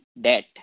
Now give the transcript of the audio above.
debt